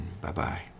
Bye-bye